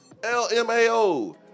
LMAO